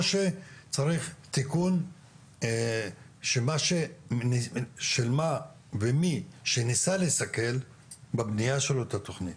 או שצריך תיקון של מה ומי שניסה לסכל בבנייה שלו את התכנית?